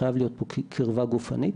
חייבת להיות פה קרבה גופנית